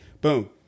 Boom